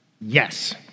yes